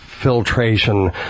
filtration